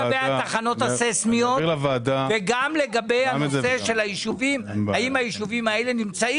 בטורקיה, באיזה ישובים הרגישו אותה.